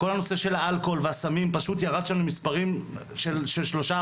כל הנושא של האלכוהול והסמים פשוט ירד שם למספרים של שלושה,